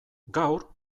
gaur